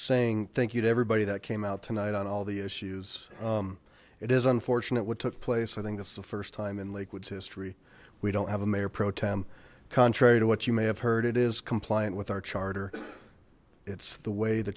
saying thank you to everybody that came out tonight on all the issues it is unfortunate what took place i think that's the first time in lake woods history we don't have a mayor pro tem contrary to what you may have heard it is compliant with our charter it's the way the